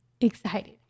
Excited